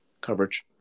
coverage